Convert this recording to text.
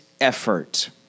effort